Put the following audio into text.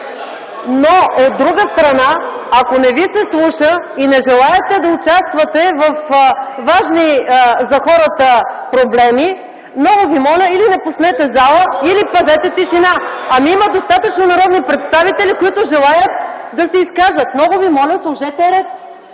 но от друга страна, ако не ви се слуша и не желаете да участвате във важни за хората проблеми, много ви моля или напуснете залата, или пазете тишина. (Шум и реплики от ГЕРБ.) Има достатъчно народни представители, които желаят да се изкажат. Много Ви моля, сложете ред!